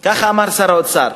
ככה אמר שר האוצר.